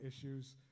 issues